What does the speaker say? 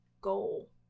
goal